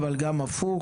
אבל גם ההפך.